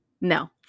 No